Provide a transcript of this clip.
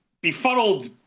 befuddled